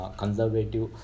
conservative